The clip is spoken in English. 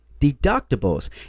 deductibles